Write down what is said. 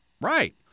Right